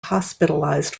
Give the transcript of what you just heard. hospitalized